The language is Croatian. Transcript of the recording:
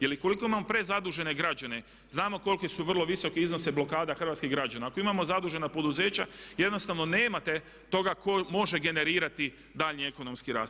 Jer ukoliko imamo prezadužene građane, znamo koliki su vrlo visoki iznosi blokada hrvatskih građana, ako imamo zadužena poduzeća jednostavno nemate toga tko može generirati daljnji ekonomski rast.